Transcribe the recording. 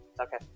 Okay